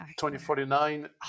2049